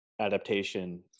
adaptation